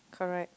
correct